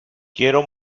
quiero